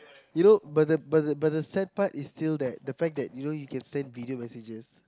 you know but the but the but the sad part is still that the fact that you can send video messages